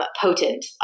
potent